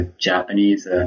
Japanese